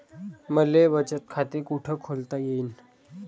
मले बचत खाते कुठ खोलता येईन?